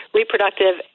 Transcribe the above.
reproductive